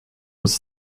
was